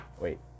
wait